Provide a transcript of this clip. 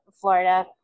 Florida